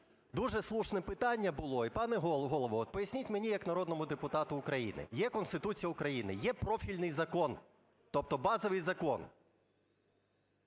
дуже слушне питання було, і, пане Голово, поясніть мені як народному депутату України. Є Конституція України, є профільний закон, тобто базовий Закон